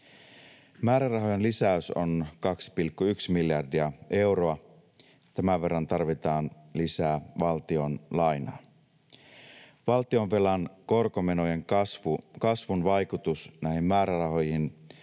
Määrärahojen lisäys on 2,1 miljardia euroa. Tämän verran tarvitaan lisää valtion lainaa. Valtionvelan korkomenojen kasvun vaikutus näihin määrärahoihin